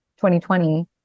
2020